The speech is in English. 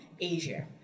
Asia